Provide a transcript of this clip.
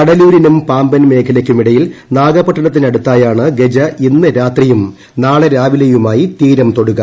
കടലൂരിനും പാമ്പൻ മേഖലയ്ക്കുമിടയിൽ നാഗപട്ടണത്തിനടുത്തായാണ് ഗജ ഇന്ന് രാത്രിയും നാളെ രാവിലെയുമായി തീരം തൊടുക